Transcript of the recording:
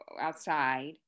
outside